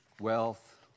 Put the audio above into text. Wealth